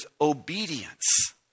obedience